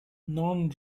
non